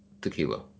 Tequila